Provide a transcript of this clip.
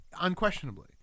Unquestionably